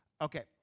Okay